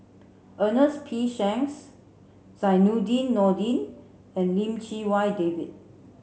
Ernest P Shanks Zainudin Nordin and Lim Chee Wai David